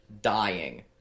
dying